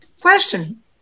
Question